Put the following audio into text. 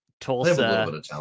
Tulsa